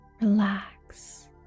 relax